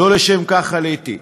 לא לשם כך עליתי.